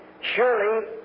surely